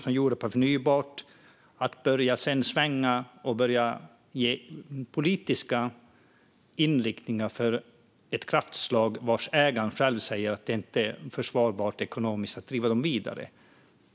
I dag börjar ni svänga till en politisk inriktning mot ett kraftslag vars ägare själva säger att det inte är ekonomiskt försvarbart att driva verken vidare.